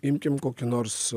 imkim kokį nors